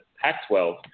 Pac-12